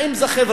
האם זה חברתי.